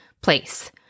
place